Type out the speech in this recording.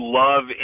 love